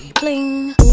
Bling